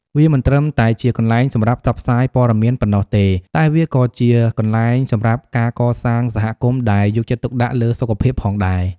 វាមិនត្រឹមតែជាកន្លែងសម្រាប់ផ្សព្វផ្សាយព័ត៌មានប៉ុណ្ណោះទេ តែវាក៏ជាកន្លែងសម្រាប់ការកសាងសហគមន៍ដែលយកចិត្តទុកដាក់លើសុខភាពផងដែរ។